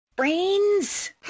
Brains